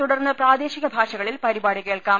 തുടർന്ന് പ്രാദേ ശിക ഭാഷകളിൽ പരിപാടി കേൾക്കാം